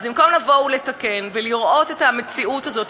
אז במקום לתקן ולראות את המציאות הזאת,